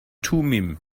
thummim